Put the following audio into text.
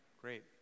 great